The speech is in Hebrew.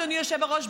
אדוני היושב-ראש,